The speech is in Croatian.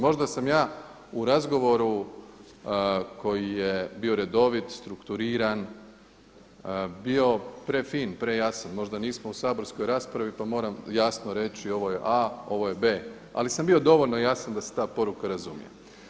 Možda sam ja u razgovoru koji je bio redovit, strukturiran, bio pre fin, prejasan, možda nismo u saborskoj raspravi pa moram jasno reći ovo je A, ovo je B, ali sam bio dovoljno jasan da se ta poruka razumije.